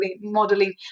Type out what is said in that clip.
modeling